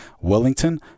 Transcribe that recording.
Wellington